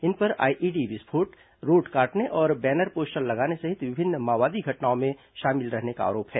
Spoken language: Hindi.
इन पर आईईडी विस्फोट रोड काटने और बैनर पोस्टर लगाने सहित विभिन्न माओवादी घटनाओं में शामिल रहने का आरोप है